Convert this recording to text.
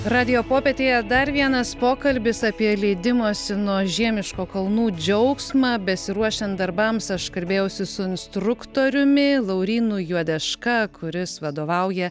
radijo popietėje dar vienas pokalbis apie leidimąsi nuo žiemiško kalnų džiaugsmą besiruošiant darbams aš kalbėjausi su instruktoriumi laurynu juodeška kuris vadovauja